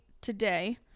today